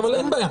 אבל אין בעיה.